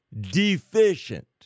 deficient